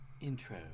intro